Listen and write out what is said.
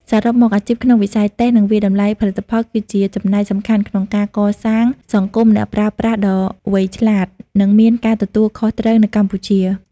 សរុបមក អាជីពក្នុងវិស័យតេស្ត និងវាយតម្លៃផលិតផល គឺជាចំណែកសំខាន់ក្នុងការកសាងសង្គមអ្នកប្រើប្រាស់ដ៏វៃឆ្លាត និងមានការទទួលខុសត្រូវនៅកម្ពុជា។